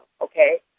okay